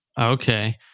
Okay